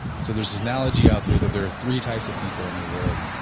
so there is this analogy out there that there are three types of people in the world.